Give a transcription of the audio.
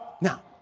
now